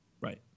Right